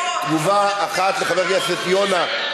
תגובה אחת לחבר הכנסת יונה,